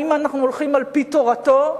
האם אנחנו הולכים על-פי תורתו,